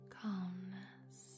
calmness